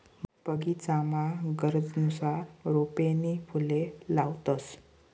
बगीचामा गरजनुसार रोपे नी फुले लावतंस